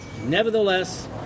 Nevertheless